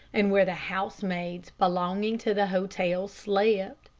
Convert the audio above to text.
and where the housemaids belonging to the hotel slept.